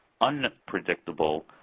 unpredictable